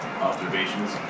Observations